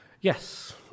Yes